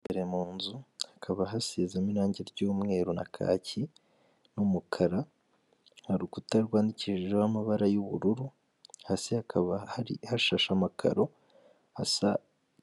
Imbere mu nzu hakaba hasizemo irangi ry'umweru na kakiyi n'umukara, ni urukuta rwandikishijweho amabara y'ubururu, hasi hakaba hashashe amakaro hasa